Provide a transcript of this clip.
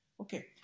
Okay